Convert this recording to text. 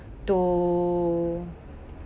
to